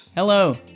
Hello